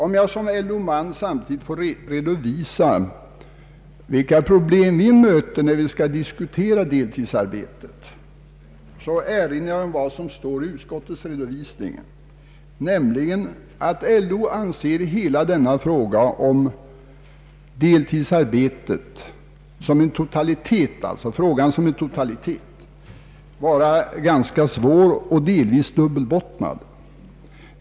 Om jag som LO-man samtidigt får redovisa vilka problem vi möter när vi skall diskutera deltidsarbetet vill jag erinra om vad som står i utskottets redovisning, nämligen att LO anser hela denna fråga — totalt sett — om deltidsarbete vara ganska svår och delvis dubbelbottnad.